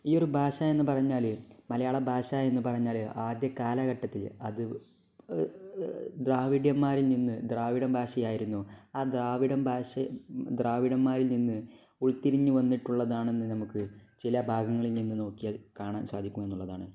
ഈയൊരു ഭാഷയെന്ന് പറഞ്ഞാല് മലയാളഭാഷയെന്ന് പറഞ്ഞാല് ആദ്യ കാലഘട്ടത്തില് അത് ദ്രാവിഡന്മാരിൽ നിന്ന് ദ്രാവിഡഭാഷയായിരുന്നു ആ ദ്രാവിഡന്മാരിൽ നിന്ന് ഉരുത്തിരിഞ്ഞ് വന്നിട്ടുള്ളതാണെന്ന് നമുക്ക് ചില ഭാഗങ്ങളിൽ നിന്ന് നോക്കിയാൽ കാണാൻ സാധിക്കുമെന്നുള്ളതാണ്